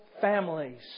families